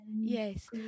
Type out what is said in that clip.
yes